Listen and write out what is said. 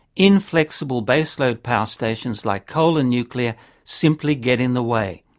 inflexible base-load power stations like coal and nuclear simply get in the way.